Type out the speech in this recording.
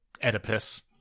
Oedipus